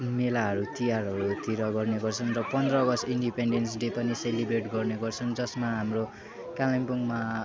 मेलाहरू तिहारहरूतिर गर्ने गर्छन् र पन्ध्र अगस्ट इन्डिपेन्डेन्स डे पनि सेलिब्रेट गर्ने गर्छन् जसमा हाम्रो कालिम्पोङमा